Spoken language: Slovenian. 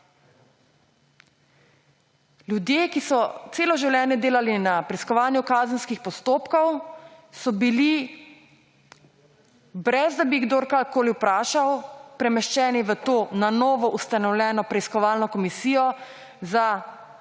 Ljudje, ki so celo življenje delali na preiskovanju kazenskih postopkov, so bili – brez da bi jih kdo karkoli vprašal – premeščeni v to na novo ustanovljeno preiskovalno komisijo za